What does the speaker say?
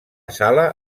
sala